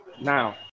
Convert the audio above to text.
Now